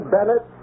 Bennett